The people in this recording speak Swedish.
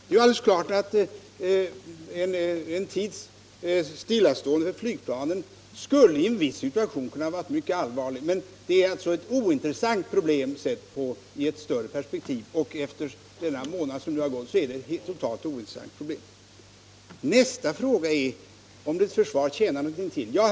Det är alldeles klart att en tids stillastående för flygplanen i en speciell situation kunde ha varit mycket allvarligt. Men sett i ett större perspektiv — och nu efter de gångna månaderna — är det ett totalt ointressant problem. Nästa fråga var om ett försvar över huvud taget tjänar någonting till.